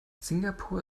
singapur